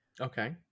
Okay